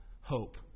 Hope